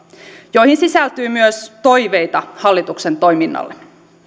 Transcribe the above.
joihin sisältyy myös toiveita hallituksen toiminnalle